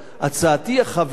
הצעתי החברית